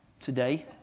today